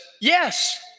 yes